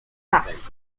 nas